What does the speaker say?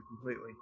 completely